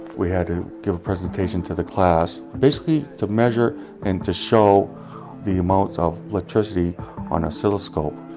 we had to give a presentation to the class, basically to measure and to show the amount of electricity on an oscilloscope.